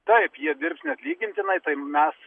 taip jie dirbs neatlygintinai tai mes